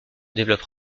développe